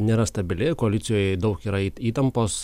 nėra stabili koalicijoj daug yra įtampos